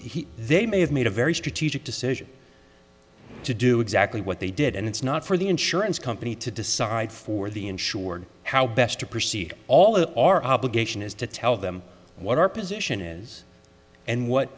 he they may have made a very strategic decision to do exactly what they did and it's not for the insurance company to decide for the insured how best to proceed all of our obligation is to tell them what our position is and what